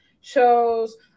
shows